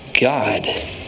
God